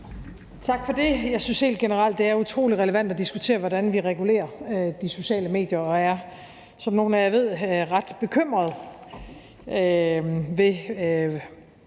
Tak for det. Jeg synes helt generelt, det er utrolig relevant at diskutere, hvordan vi regulerer de sociale medier, og jeg er, som nogle af jer ved, ret bekymret for,